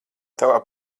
tavā